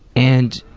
and